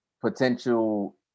potential